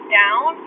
down